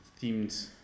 themed